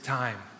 time